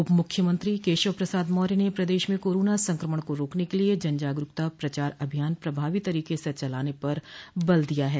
उपमुख्यमंत्री केशव प्रसाद मौर्य ने प्रदेश में कोरोना संक्रमण रोकने के लिये जन जागरूकता प्रचार अभियान प्रभावी तरीके से चलाने पर बल दिया है